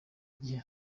gihe